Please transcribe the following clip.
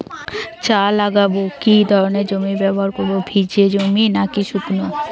চা লাগাবো কি ধরনের জমি ব্যবহার করব ভিজে জমি নাকি শুকনো?